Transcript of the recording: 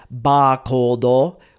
barcode